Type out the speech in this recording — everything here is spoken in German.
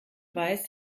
weiß